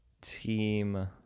Team